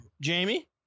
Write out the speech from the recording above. Jamie